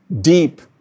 deep